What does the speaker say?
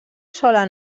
sola